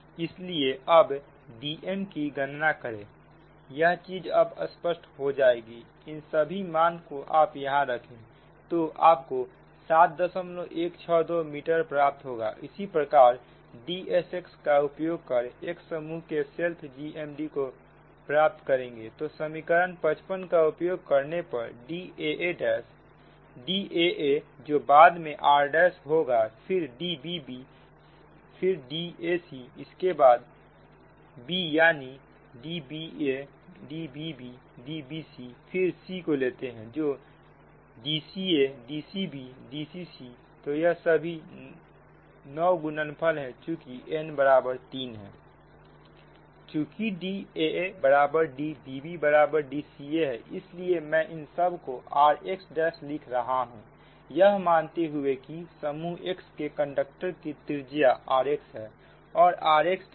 इसलिए अब Dmकी गणना कैसे करें यह चीज अब स्पष्ट हो जाएंगी इन सभी मान को आप यहां रखें तो आपको 7162 मीटर प्राप्त होगा इसी प्रकार Dsxका उपयोग कर x समूह के सेल्फ GMD को प्राप्त करेंगे तो समीकरण 55 का उपयोग करने पर Daaजो बाद में r' होगा फिर Dbbफिर Dacइसके बाद b यानी DbaDbbDbc फिर c को लेते हैं जो DcaDcbDccतो यह सभी 9 गुणनफल है चुकी n बराबर 3 है चुकी Daa बराबर Dbb बराबर Dcc है इसलिए मैं इन सब को rxलिख रहा हूं यह मानते हुए कि समूह x के कंडक्टर की त्रिज्या rxहै